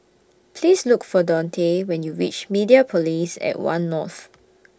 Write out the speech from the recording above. Please Look For Donte when YOU REACH Mediapolis At one North